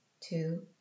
two